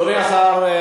אדוני השר,